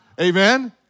Amen